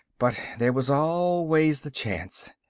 but there was always the chance.